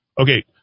Okay